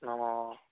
ꯑꯣ